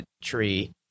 tree